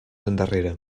endarrere